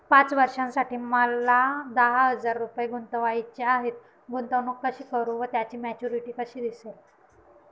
पाच वर्षांसाठी मला दहा हजार रुपये गुंतवायचे आहेत, गुंतवणूक कशी करु व त्याची मॅच्युरिटी कशी असेल?